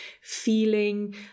feeling